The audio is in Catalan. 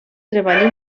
treball